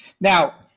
Now